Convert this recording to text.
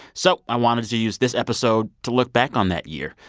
so i wanted to use this episode to look back on that year,